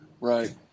right